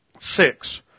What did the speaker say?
six